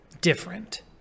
different